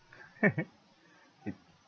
it